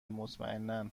مطمئنا